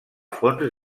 fonts